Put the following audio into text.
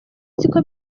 siko